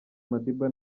madiba